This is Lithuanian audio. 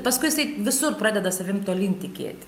paskui jisai visur pradeda savimi tolyn tikėti